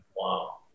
wow